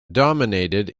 dominated